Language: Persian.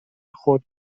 خرد